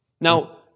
Now